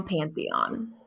Pantheon